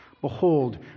Behold